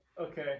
Okay